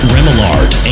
Remillard